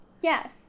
Yes